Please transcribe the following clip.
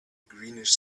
greenish